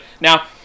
Now